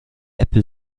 apple